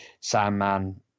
Sandman